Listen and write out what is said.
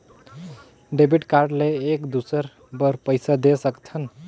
Debit card ले एक दुसर बार पइसा दे सकथन?